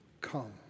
come